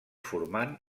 formant